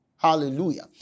Hallelujah